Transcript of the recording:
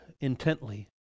intently